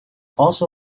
also